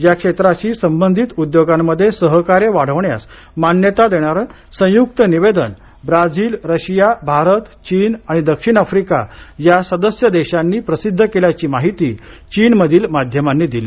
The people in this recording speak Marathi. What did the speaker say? या क्षेत्रांशी संबंधित उद्योगांमध्ये सहकार्य वाढवण्यास मान्यता देणारं संयुक्त निवेदन ब्राझील रशिया भारत चीन आणि दक्षिण आफ्रिका या सदस्य देशांनी प्रसिद्ध केल्याची माहिती चीनमधील माध्यमांनी दिली